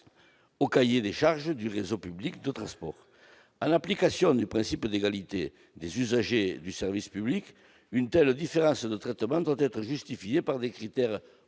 aux cahiers des charges du réseau public de transport. En application du principe d'égalité des usagers du service public, une telle différence de traitement doit être justifiée par des critères